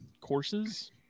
courses